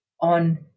on